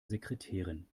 sekretärin